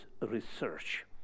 research